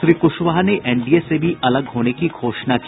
श्री कुशवाहा ने एनडीए से भी अलग होने की घोषणा की